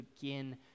begin